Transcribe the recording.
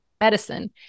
medicine